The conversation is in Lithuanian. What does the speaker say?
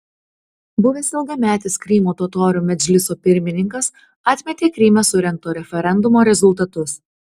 buvęs ilgametis krymo totorių medžliso pirmininkas atmetė kryme surengto referendumo rezultatus